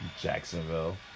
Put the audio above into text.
Jacksonville